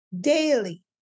daily